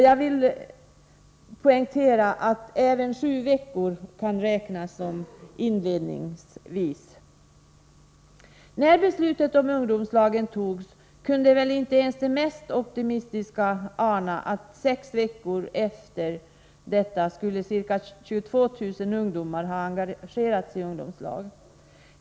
Jag vill poängtera att även sju veckor kan räknas till inledningsskedet. När beslutet om ungdomslagen togs kunde väl inte ens de mest optimistiska ana att sex veckor senare skulle ca 22 000 ungdomar ha engagerats i ungdomslag.